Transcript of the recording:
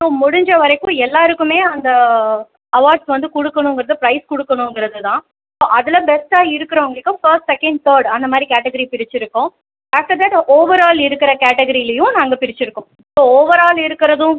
so முடிந்த வரைக்கும் எல்லாருக்குமே அந்த அவார்ட்ஸ் வந்து கொடுக்கணுங்கிறது ப்ரைஸ் கொடுக்கணுங்கிறது தான் ஸோ அதில் பெஸ்ட்டாக இருக்கிறவங்களுக்கு ஃபஸ்ட் செகண்ட் தேர்ட் அந்த மாதிரி கேட்டகிரி பிரிச்சுருக்கோம் ஆஃப்ட்டர் தட் ஓவரால் இருக்குற கேட்டகிரிலேயும் நாங்கள் பிரிச்சுருக்கோம் ஸோ ஓவரால் இருக்கிறதும்